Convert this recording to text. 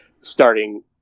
starting